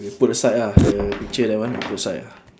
we put aside ya the picture that one we put aside ya